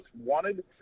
wanted